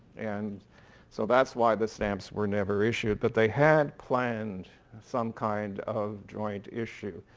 and so that's why the stamps were never issued. but they had planned some kind of joint issue.